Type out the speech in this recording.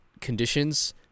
conditions